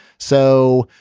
so,